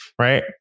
Right